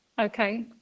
Okay